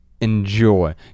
enjoy